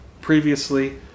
previously